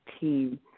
team